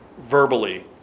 verbally